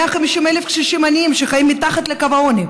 150,000 קשישים עניים שחיים מתחת לקו העוני,